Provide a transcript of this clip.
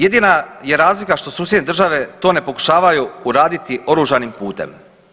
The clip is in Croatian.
Jedina je razlika što susjedne države to ne pokušavaju uraditi oružanim putem.